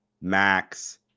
Max